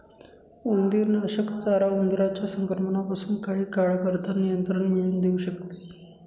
उंदीरनाशक चारा उंदरांच्या संक्रमणापासून काही काळाकरता नियंत्रण मिळवून देऊ शकते